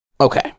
Okay